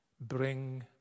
bring